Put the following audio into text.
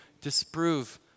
disprove